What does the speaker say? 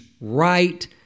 right